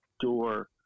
door